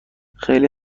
خیلی